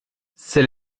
c’est